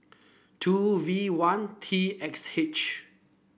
two V one T X H